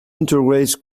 integrates